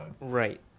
Right